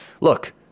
look